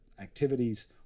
activities